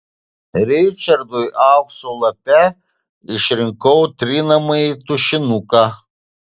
ričardui aukso lape išrinkau trinamąjį tušinuką